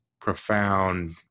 profound